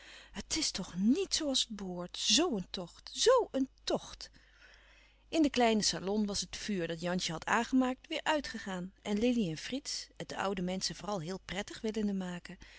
het is toch niet zoo als het behoort zoo een tocht zoo een tocht in den kleinen salon was het vuur dat jansje had aangemaakt weêr uitgegaan en lili en frits het de oude menschen vooral heel prettig willende maken